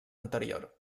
anterior